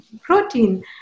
protein